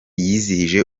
yizihije